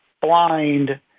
blind